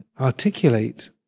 articulate